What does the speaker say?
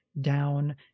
down